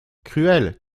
cruel